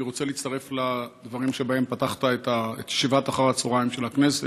אני רוצה להצטרף לדברים שבהם פתחת את ישיבת אחר הצוהריים של הכנסת,